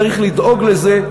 צריך לדאוג לזה,